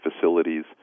facilities